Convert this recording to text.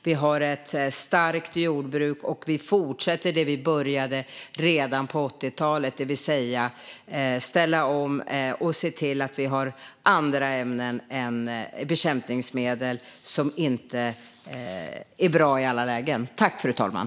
Vi har ett starkt jordbruk och fortsätter det vi påbörjade redan på 80-talet, det vill säga ställa om och se till att ha andra ämnen än bekämpningsmedel som inte är bra i alla lägen.